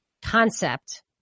concept